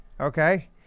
okay